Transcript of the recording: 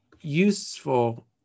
useful